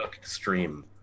stream